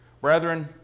Brethren